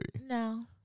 No